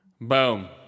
Boom